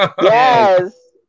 Yes